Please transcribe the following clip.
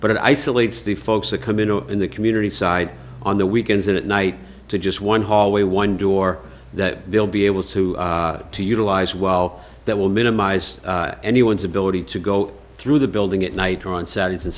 it isolates the folks that come into the community side on the weekends and at night to just one hallway one door that they'll be able to to utilize well that will minimize any one ability to go through the building at night on saturday and